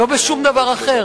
לא בשום דבר אחר.